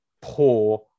poor